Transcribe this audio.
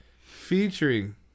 featuring